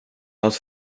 att